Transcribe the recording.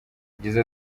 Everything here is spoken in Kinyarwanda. yagize